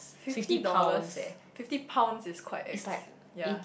fifty dollars fifty pounds is quite ex ya